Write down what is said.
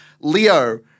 Leo